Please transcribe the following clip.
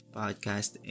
podcast